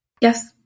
Yes